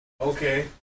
Okay